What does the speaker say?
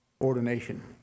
ordination